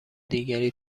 دیگری